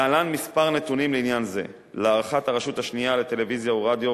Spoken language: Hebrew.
להלן כמה נתונים לעניין זה: להערכת הרשות השנייה לטלוויזיה ורדיו,